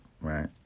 right